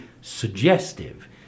suggestive